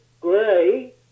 gray